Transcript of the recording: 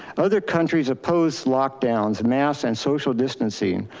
other countries oppose lockdowns, masks and social distancing,